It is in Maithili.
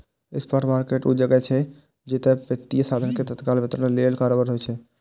स्पॉट मार्केट ऊ जगह छियै, जतय वित्तीय साधन के तत्काल वितरण लेल कारोबार होइ छै